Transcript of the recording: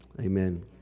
amen